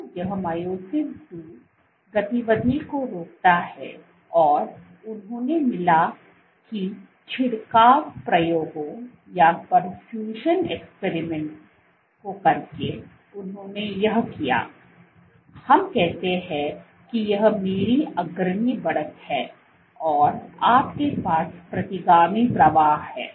तो यह myosin II गतिविधि को रोकता है और उन्हें मिला कि छिड़काव प्रयोगों को करके उन्होंने यह किया हम कहते हैं कि यह मेरी अग्रणी बढ़त है और आपके पास प्रतिगामी प्रवाह है